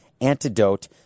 antidote